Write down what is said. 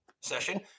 session